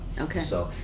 Okay